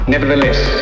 Nevertheless